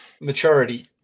maturity